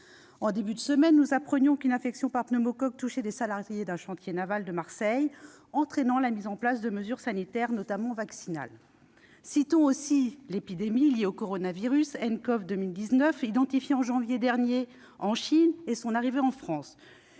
en début de semaine qu'une infection par pneumocoque touchait des salariés d'un chantier naval de Marseille, entraînant la mise en place de mesures sanitaires, notamment vaccinales. Citons aussi l'épidémie liée au coronavirus 2019-nCov, identifié en janvier dernier en Chine et, depuis, arrivé en France.